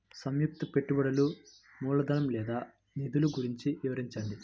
సంయుక్త పెట్టుబడులు మూలధనం లేదా నిధులు గురించి వివరించండి?